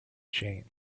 change